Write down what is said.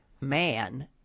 man